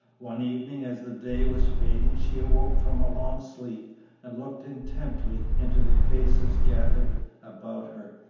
one evening as the day was fading she awoke from a long sleep and looked intently into the faces gathered about her.